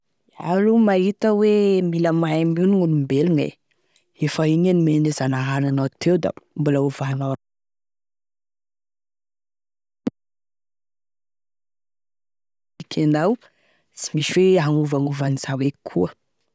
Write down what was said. Iaho aloha mila mahay mionogny gn'olombelogne, efa igny nomene Zanahary anao teo da mbola hovaigny avao koa... ekenao tsy misy hoe agnovagnova an'i zao eky koa.